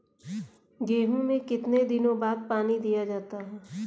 गेहूँ में कितने दिनों बाद पानी दिया जाता है?